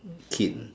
kid